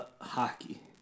hockey